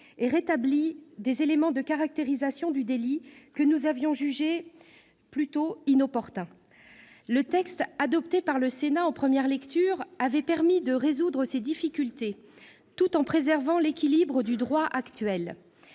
et rétablit des éléments de caractérisation du délit que nous avions jugés plutôt inopportuns. Le texte adopté par le Sénat en première lecture avait permis de résoudre ces difficultés tout en préservant l'équilibre du droit actuel.